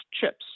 chips